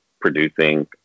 producing